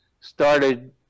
started